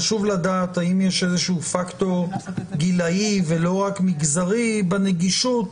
חשוב לדעת האם יש איזשהו פקטור גילאי ולא רק מגזרי בנגישות,